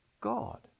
God